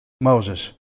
Moses